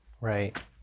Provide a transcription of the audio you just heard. right